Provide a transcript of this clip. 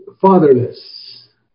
fatherless